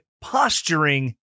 posturing